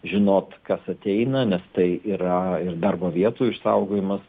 žinot kas ateina nes tai yra ir darbo vietų išsaugojimas